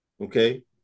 okay